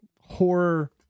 horror